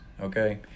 okay